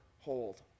hold